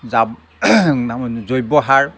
জাৱ জৈৱ সাৰ